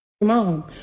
mom